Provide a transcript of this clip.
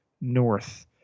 north